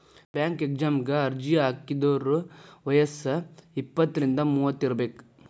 bank ಎಕ್ಸಾಮಗ ಅರ್ಜಿ ಹಾಕಿದೋರ್ ವಯ್ಯಸ್ ಇಪ್ಪತ್ರಿಂದ ಮೂವತ್ ಇರಬೆಕ್